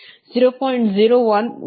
0115 microfarad ಆಗಿದೆ